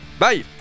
Bye